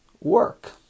work